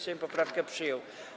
Sejm poprawkę przyjął.